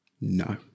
No